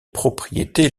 propriété